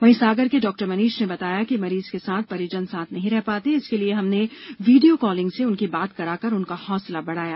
वहीं सागर के डॉ मनीष ने बताया कि मरीज के साथ परिजन साथ नहीं रह पाते इसके लिये हमने वीडियो कॉलिंग से उनकी बात कराकर उनका हौसला बढ़ाया